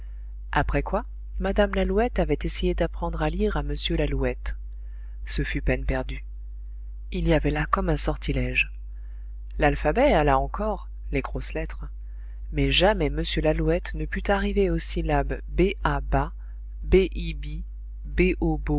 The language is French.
après quoi mme lalouette avait essayé d'apprendre à lire à m lalouette ce fut peine perdue il y avait là comme un sortilège l'alphabet alla encore les grosses lettres mais jamais m lalouette ne put arriver aux syllabes b a ba